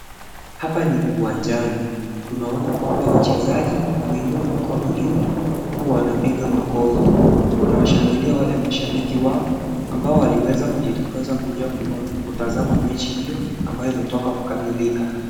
Hapa ni uwanjani, tunaona kwamba wachezaji wameinua mkono juu huku wanapiga makofi wanawashangilia wale mashabiki wao ambao waliweza kujitokeza kuja kutazama mechi hiyo ambayo imetoka kukamilika.